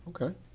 Okay